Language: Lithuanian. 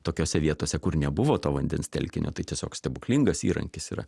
tokiose vietose kur nebuvo to vandens telkinio tai tiesiog stebuklingas įrankis yra